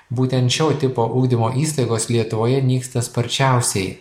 būtent šio tipo ugdymo įstaigos lietuvoje nyksta sparčiausiai